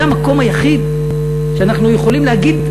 זה המקום היחיד שאנחנו יכולים להגיד לכולם: